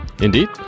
Indeed